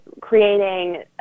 creating